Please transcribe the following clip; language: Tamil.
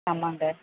ஆமாங்க